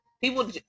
people